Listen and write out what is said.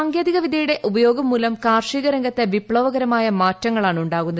സാങ്കേതിക വിദൃയുടെ ഉപയോഗംമൂലം കാർഷികരംഗത്ത് വിപ്ലവകരമായ മാറ്റങ്ങളാണ് ഉണ്ടാകുന്നത്